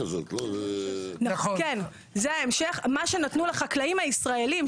מה שנתנו לחקלאים הישראלים,